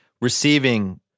Receiving